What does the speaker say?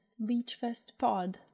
LeechFestPod